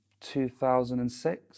2006